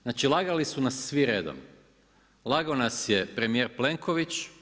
Znači lagali su nas svi redom, lagao nas je premijer Plenković.